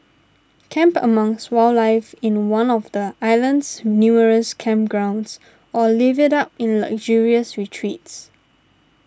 camp amongst wildlife in one of the island's numerous campgrounds or live it up in luxurious retreats